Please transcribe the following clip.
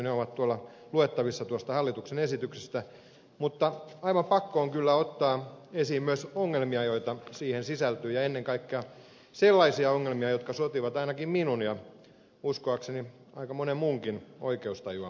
ne ovat luettavissa tuosta hallituksen esityksestä mutta aivan pakko on kyllä ottaa esiin myös ongelmia joita siihen sisältyy ja ennen kaikkea sellaisia ongelmia jotka sotivat ainakin minun ja uskoakseni aika monen muunkin oikeustajua vastaan